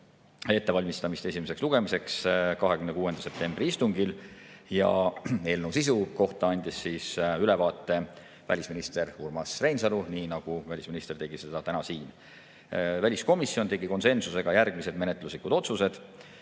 ettevalmistamist esimeseks lugemiseks 26. septembri istungil ja eelnõu sisust andis ülevaate välisminister Urmas Reinsalu, nii nagu ta tegi seda täna ka siin. Väliskomisjon tegi konsensusega järgmised menetluslikud otsused.